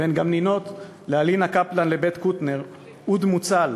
והן גם נינות להלינה קפלן לבית קוטנר, אוד מוצל,